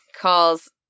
calls